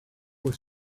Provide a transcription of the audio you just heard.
was